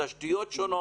תשתיות שונות.